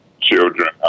children